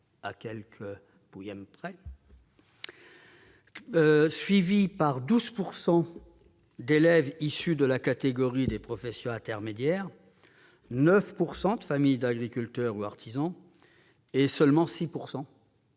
de chaque promotion de l'ENA, suivis par 12 % d'élèves issus de la catégorie des professions intermédiaires, 9 % de familles d'agriculteurs ou artisans, et seulement 6